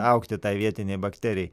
augti tai vietinei bakterijai